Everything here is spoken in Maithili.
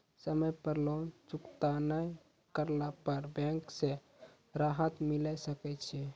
समय पर लोन चुकता नैय करला पर बैंक से राहत मिले सकय छै?